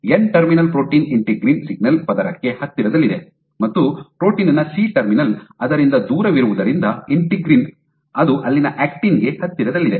N terminal protein integrin signal ಪದರಕ್ಕೆ ಹತ್ತಿರದಲ್ಲಿದೆ ಮತ್ತು ಪ್ರೋಟೀನ್ ನ ಸಿ ಟರ್ಮಿನಲ್ ಅದರಿಂದ ದೂರವಿರುವುದರಿಂದ ಇಂಟೆಗ್ರಿನ್ ಅದು ಅಲ್ಲಿನ ಆಕ್ಟಿನ್ ಗೆ ಹತ್ತಿರದಲ್ಲಿದೆ